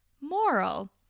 Moral